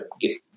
get